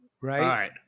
right